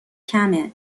کمه